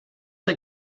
der